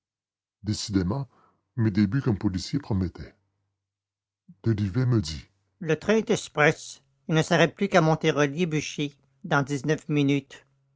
décidément mes débuts comme policier promettaient delivet me dit le train est express et ne s'arrête plus qu'à montérolier buchy dans dix-neuf minutes